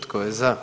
Tko je za?